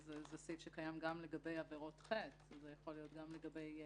זה סעיף שקיים גם לגבי עבירות חטא זה יכול להיות גם לגבי קנסות.